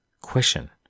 Question